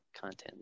content